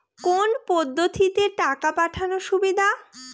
কোন পদ্ধতিতে টাকা পাঠানো সুবিধা?